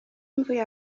mvuye